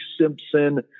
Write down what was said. Simpson